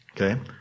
Okay